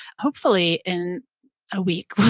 hopefully, in a week. we'll